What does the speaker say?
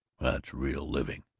that's real living!